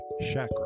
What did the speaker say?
chakra